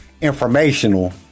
informational